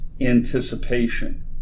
anticipation